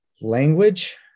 language